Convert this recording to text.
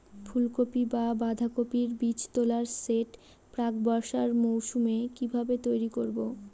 ফুলকপি বা বাঁধাকপির বীজতলার সেট প্রাক বর্ষার মৌসুমে কিভাবে তৈরি করব?